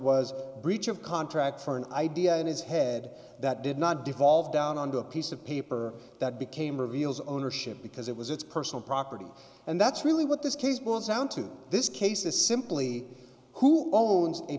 breach of contract for an idea in his head that did not devolve down onto a piece of paper that became reveals ownership because it was its personal property and that's really what this case will sound to this case is simply who owns a